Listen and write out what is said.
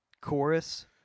chorus